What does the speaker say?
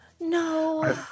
No